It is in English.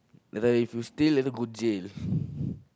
then if you steal later go jail